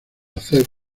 hacer